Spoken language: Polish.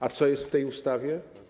A co jest w tej ustawie?